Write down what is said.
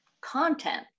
content